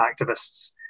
activists